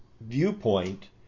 viewpoint